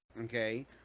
okay